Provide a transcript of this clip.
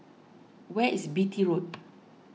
where is Beatty Road